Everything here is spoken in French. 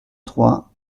trois